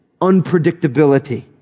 unpredictability